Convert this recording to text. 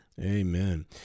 Amen